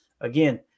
again